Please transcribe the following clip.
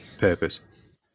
purpose